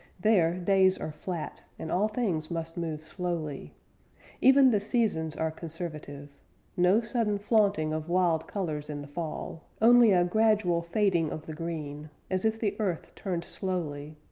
there days are flat, and all things must move slowly even the seasons are conservative no sudden flaunting of wild colors in the fall, only a gradual fading of the green, as if the earth turned slowly,